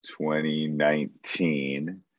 2019